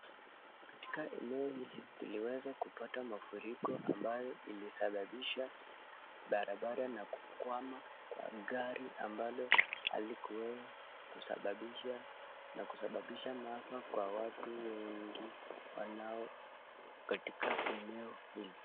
Katika eneo hili tuliweza kupata mafuriko ambayo ilisababisha barabara na kukwama kwa gari ambalo halikuweza na kusababisha maafa kwa watu wengi katika eneo hili.